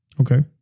Okay